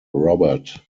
robert